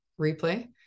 replay